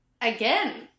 again